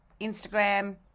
Instagram